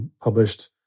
published